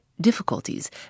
difficulties